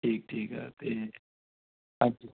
ਠੀਕ ਠੀਕ ਆ ਅਤੇ ਅੱਜ